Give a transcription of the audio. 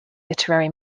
literary